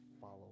follow